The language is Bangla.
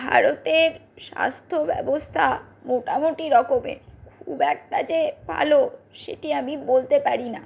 ভারতের স্বাস্থ্য ব্যবস্থা মোটামোটি রকমের খুব একটা যে ভালো সেটি আমি বলতে পারি না